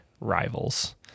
rivals